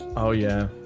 oh yeah,